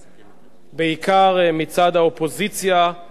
בעיקר מצד האופוזיציה ודובריה.